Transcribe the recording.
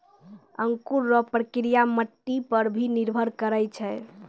अंकुर रो प्रक्रिया मट्टी पर भी निर्भर करै छै